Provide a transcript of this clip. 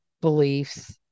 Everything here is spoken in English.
beliefs